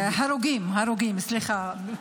הרוגים, הרוגים, סליחה.